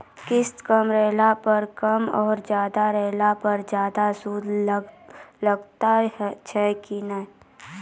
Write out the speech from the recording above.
किस्त कम रहला पर कम और ज्यादा रहला पर ज्यादा सूद लागै छै कि नैय?